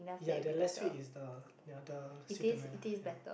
ya their less sweet is the ya the sweetener lah ya